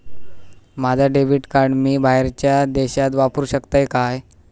माझा debit card मी बाहेरच्या देशात वापरू शकतय काय?